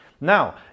Now